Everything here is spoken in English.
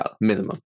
minimum